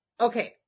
okay